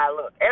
look